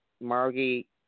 Margie